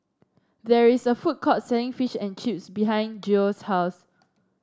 there is a food court selling Fish and Chips behind Geo's house